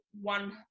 one